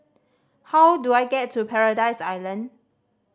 how do I get to Paradise Island